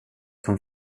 kom